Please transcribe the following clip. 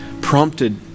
prompted